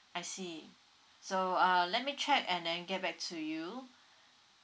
I see so uh let me check and then get back to you